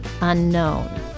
unknown